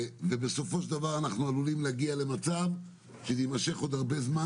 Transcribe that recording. ובסופו של דבר אנחנו עלולים להגיע למצב שזה יימשך עוד הרבה זמן,